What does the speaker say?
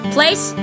Place